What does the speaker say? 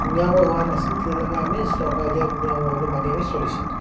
নিৰাময় হোৱা নাছিল তেতিয়ালৈকে আমি চৰকাৰে দিয়া নিয়মাৱলী মানি আমি চলিছিলোঁ